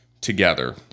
together